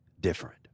different